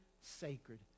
sacred